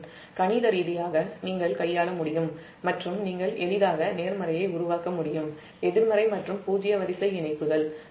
பின்னர் நீங்கள் கணித ரீதியாக நீங்கள் கையாள முடியும் மற்றும் நீங்கள் எளிதாக நேர்மறை எதிர்மறை மற்றும் பூஜ்ஜிய வரிசை இணைப்புகள் உருவாக்க முடியும்